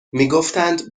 میگفتند